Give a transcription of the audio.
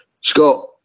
Scott